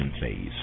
phase